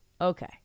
Okay